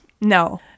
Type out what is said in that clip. No